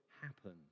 happen